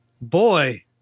boy